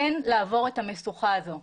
כן לעבור את המשוכה הזו.